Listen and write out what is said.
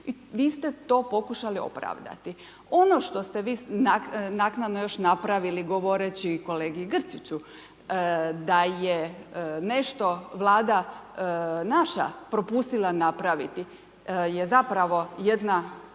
I vi ste to pokušali opravdati. Ono što ste vi naknadno još napravili govoreći i kolegi Grčiću da je nešto vlada naša propustila napraviti je zapravo jedna,